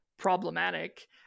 problematic